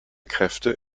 kräfte